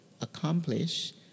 accomplish